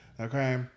Okay